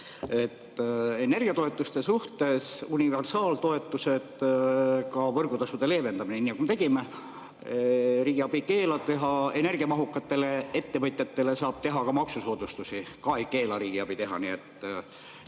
Energiatoetuste suhtes – universaaltoetusi, ka võrgutasude leevendamist, nii nagu me tegime, riigiabi ei keela teha, energiamahukatele ettevõtjatele saab teha maksusoodustusi, ka ei keela riigiabi teha. Nii et